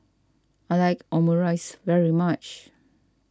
I like Omurice very much